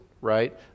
right